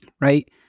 right